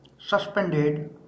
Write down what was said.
suspended